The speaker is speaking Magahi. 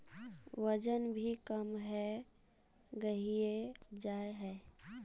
वजन भी कम है गहिये जाय है?